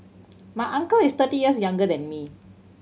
my uncle is thirty years younger than me